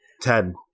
Ten